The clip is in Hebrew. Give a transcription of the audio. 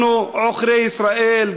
אנחנו עוכרי ישראל,